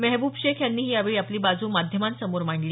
महेबूब शेख यांनीही यावेळी आपली बाजू माध्यमांसमोर मांडली